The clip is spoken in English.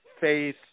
faith